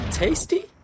tasty